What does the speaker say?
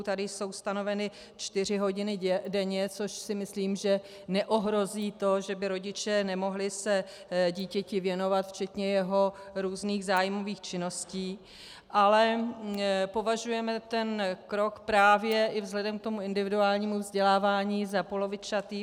Tady jsou stanoveny čtyři hodiny denně, což si myslím, že neohrozí to, že by se rodiče nemohli dítěti věnovat včetně jeho různých zájmových činností, ale považujeme ten krok právě i vzhledem k tomu individuálnímu vzdělávání za polovičatý.